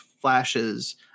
flashes